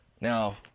Now